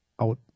out